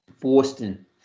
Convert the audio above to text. boston